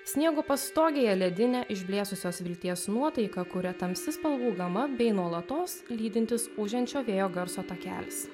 sniego pastogėje ledinę išblėsusios vilties nuotaiką kuria tamsi spalvų gama bei nuolatos lydintis ūžiančio vėjo garso takelis